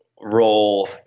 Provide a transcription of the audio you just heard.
role